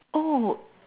oh